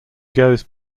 goes